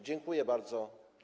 Dziękuję bardzo.